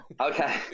Okay